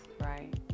right